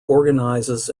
organises